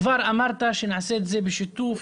כבר אמרת שנעשה את זה בשיתוף,